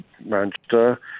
Manchester